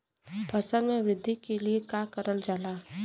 फसल मे वृद्धि के लिए का करल जाला?